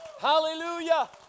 Hallelujah